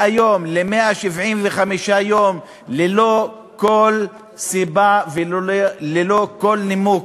יום ל-175 יום ללא כל סיבה וללא כל נימוק?